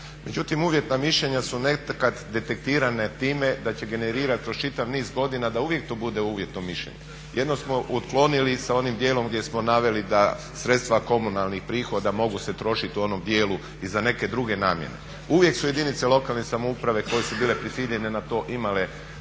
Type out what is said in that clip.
Međutim, uvjetna mišljenja su nekad detektirane time da će generirati kroz čitav niz godina da uvijek to bude uvjetno mišljenje. Jedno smo otklonili sa onim dijelom gdje smo naveli da sredstva komunalnih prihoda mogu se trošiti u onom dijelu i za neke druge namjene. Uvijek su jedinice lokalne samouprave koje su bile prisiljene na to imale